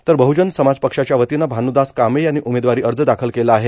तर बहजन समाज पक्षाच्या वतीने भानुदास कांबळे यांनी उमेदवारी अर्ज दाखल केला आहे